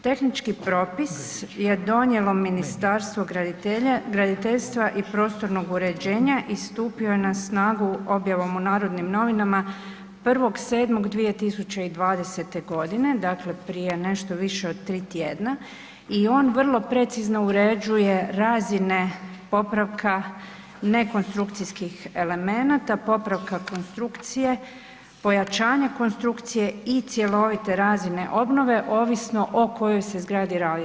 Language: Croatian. Tehnički propis je donijelo Ministarstvo graditeljstvo i prostornog uređenja i stupio je na snagu objavom u Narodnim novinama 1.7.2020., dakle prije nešto više od 3 tjedna i on vrlo precizno uređuje razine popravka nekonstrukcijskih elemenata, popravkom konstrukcije, pojačanje konstrukcije i cjelovite razine obnove, ovisno o kojoj se zgradi radi.